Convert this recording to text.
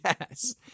yes